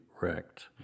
wrecked